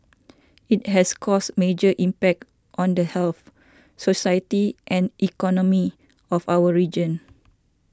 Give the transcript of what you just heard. it has caused major impact on the health society and economy of our region